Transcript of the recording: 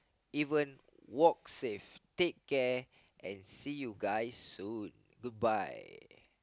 even walk safe take care and see you guys soon goodbye